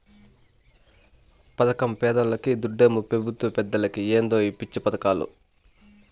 పదకం పేదోల్లకి, దుడ్డేమో పెబుత్వ పెద్దలకి ఏందో ఈ పిచ్చి పదకాలు